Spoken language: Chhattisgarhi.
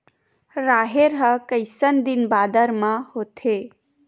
राहेर ह कइसन दिन बादर म होथे?